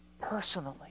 personally